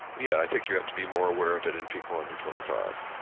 yeah, i think you have to be more aware of it in people under twenty five.